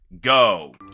go